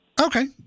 Okay